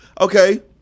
Okay